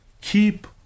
Keep